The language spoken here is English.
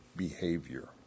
Behavior